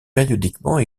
périodiquement